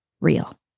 real